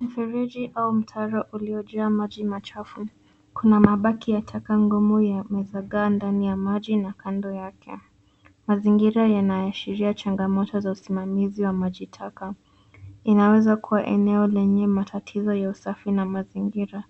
Mfereji au mtaro uliojaa maji machafu kuna mabaki ya taka ngomo yamezagaa ndani ya maji na kando yake. Mazingira yanaashiria changamoto za usimamizi wa maji taka. Inaweza kua eneo lenye matatizo ya usafi na mazingira.